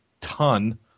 ton